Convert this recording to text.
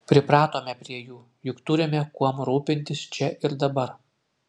pripratome prie jų juk turime kuom rūpintis čia ir dabar